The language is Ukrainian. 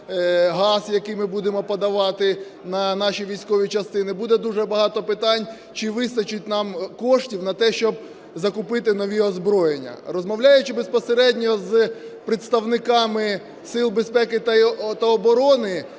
газ, який ми будемо подавати на наші військові частини, буде дуже багато питань, чи вистачить нам коштів на те, щоб закупити нове озброєння. Розмовляючи безпосередньо з представниками сил безпеки та оборони,